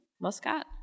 Muscat